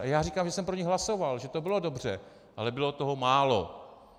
A já říkám, že jsem pro ni hlasoval, že to bylo dobře, ale bylo toho málo.